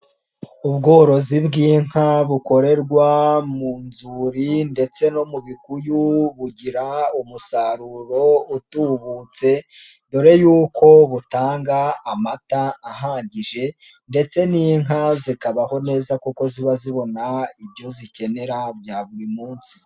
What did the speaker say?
Ubworozi bw'inka bukorerwa mu nzuri ndetse no mu bikuyu bugira umusaruro utubutse, mbere y'uko butanga amata ahagije ndetse n'inka zikabaho neza kuko ziba zibona ibyo zikenera bya buri munsi.